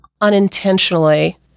unintentionally